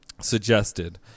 suggested